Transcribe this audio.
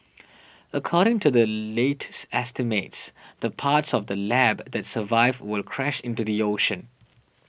according to the latest estimates the parts of the lab that survive will crash into the ocean